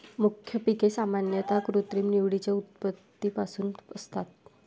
मुख्य पिके सामान्यतः कृत्रिम निवडीच्या उत्पत्तीपासून असतात